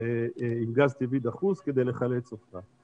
עם גז טבעי דחוס כדי לחלץ אותך.